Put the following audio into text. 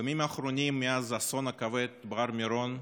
בימים האחרונים, מאז האסון הכבד בהר מירון,